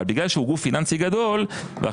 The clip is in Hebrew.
אבל בגלל שהיא גוף פיננסי גדול והחברה